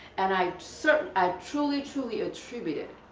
and i so i truly truly attribute it,